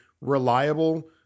reliable